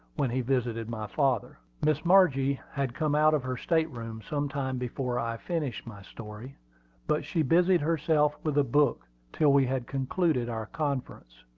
when he visited my father. miss margie had come out of her state-room some time before i finished my story but she busied herself with a book till we had concluded our conference.